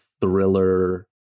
thriller